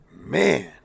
Man